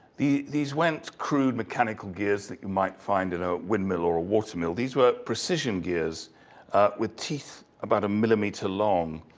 these weren't crude mechanical gears that you might find in a windmill or a water mill, these were precision gears with teeth about a millimeter long.